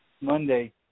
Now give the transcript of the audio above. Monday